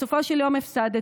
בסופו של יום הפסדתי.